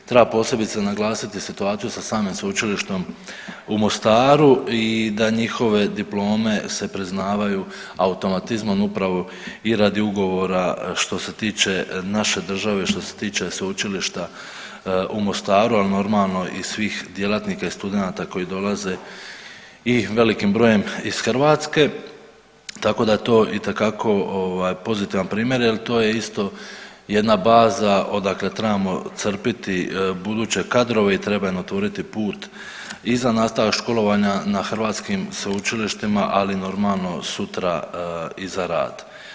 Treba posebice naglasiti situaciju sa samim Sveučilištem u Mostaru i da njihove diplome se priznavaju automatizmom upravo i radi ugovora što se tiče naše države, što se tiče Sveučilišta u Mostaru, ali normalno i svih djelatnika i studenata koji dolaze i velikim brojem iz Hrvatske tako da je to itekako ovaj pozitivan primjer jer to je isto jedna baza odakle trebamo crpiti buduće kadrove i trebamo im otvoriti put i za nastavak školovanja na hrvatskim sveučilištima, ali normalno, sutra i za rad.